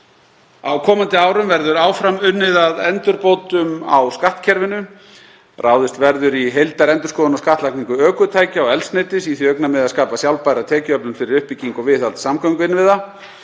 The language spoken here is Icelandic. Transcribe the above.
Á komandi árum verður áfram unnið að endurbótum á skattkerfinu. Ráðist verður í heildarendurskoðun á skattlagningu ökutækja og eldsneytis í því augnamiði að skapa sjálfbæra tekjuöflun fyrir uppbyggingu og viðhald samgönguinnviða.